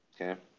Okay